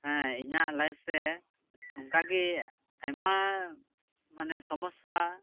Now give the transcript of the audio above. ᱦᱮᱸ ᱤᱧᱟᱜ ᱞᱟᱭᱤᱯᱷᱨᱮ ᱚᱱᱠᱟᱜᱤ ᱟᱭᱢᱟ ᱢᱟᱱᱮ ᱥᱚᱢᱚᱥᱟ